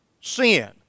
Sin